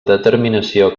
determinació